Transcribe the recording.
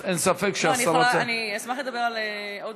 אבל אין ספק שהשרה, אני אשמח לדבר על עוד